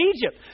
Egypt